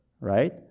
right